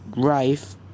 drive